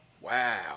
wow